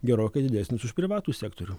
gerokai didesnis už privatų sektorių